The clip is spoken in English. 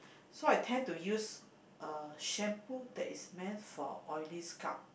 so I tend to use uh shampoo that is meant for oily scalp